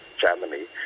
Germany